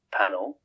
panel